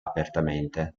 apertamente